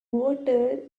water